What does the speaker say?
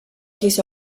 his